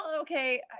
okay